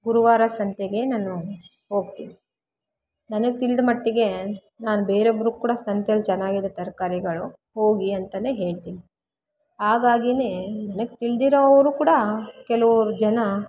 ಗುರುವಾರ ಸಂತೆಗೆ ನಾನು ಹೋಗ್ತೀನಿ ನನಗೆ ತಿಳಿದ ಮಟ್ಟಿಗೆ ನಾನು ಬೇರೊಬ್ರಿಗೆ ಕೂಡ ಸಂತೇಲಿ ಚೆನ್ನಾಗಿರತ್ತೆ ತರಕಾರಿಗಳು ಹೋಗಿ ಅಂತನೆ ಹೇಳ್ತೀನಿ ಹಾಗಾಗಿನೆ ನನಗೆ ತಿಳ್ದಿರೋವ್ರು ಕೂಡ ಕೆಲವ್ರು ಜನ